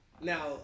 now